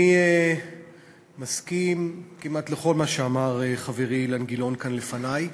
אני מסכים כמעט לכל מה שאמר חברי אילן גילאון כאן לפני.